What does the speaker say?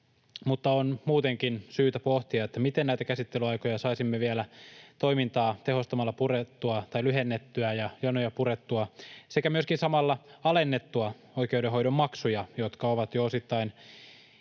Mutta on muutenkin syytä pohtia, miten näitä käsittelyaikoja saisimme vielä toimintaa tehostamalla lyhennettyä ja jonoja purettua sekä myöskin samalla alennettua oikeudenhoidon maksuja, jotka ovat jo osittain